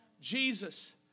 Jesus